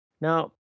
Now